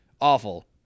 Awful